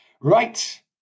Right